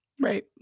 Right